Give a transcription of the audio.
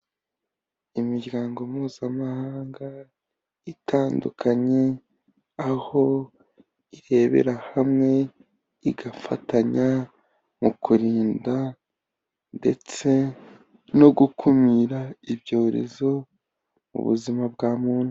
Imiryango mpuza mahanga itandukanye, aho irebera hamwe igafatanya mu kurinda ndetse no gukumira ibyorezo mu buzima bwa muntu.